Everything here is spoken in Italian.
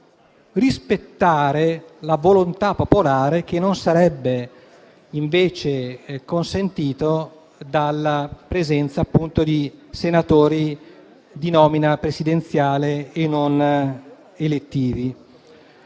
rispettare la volontà popolare, cosa che non sarebbe consentita dalla presenza, appunto, di senatori di nomina presidenziale e non elettivi.